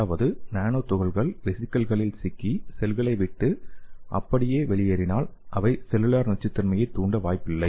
அதாவது நானோ துகள்கள் வெசிகிள்களில் சிக்கி செல்களை விட்டு அப்படியே வெளியேறினால் அவை செல்லுலார் நச்சுத்தன்மையைத் தூண்ட வாய்ப்பில்லை